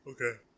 Okay